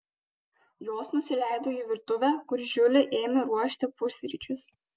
jos nusileido į virtuvę kur žiuli ėmė ruošti pusryčius